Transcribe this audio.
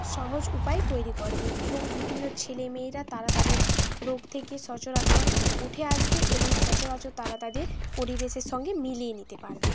সহজ উপায় তৈরি করবে এবং বিভিন্ন ছেলে মেয়েরা তারা তাদের রোগ থেকে সচরাচর উঠে আসবে এবং সচরাচর তারা তাদের পরিবেশের সঙ্গে মিলিয়ে নিতে পারবে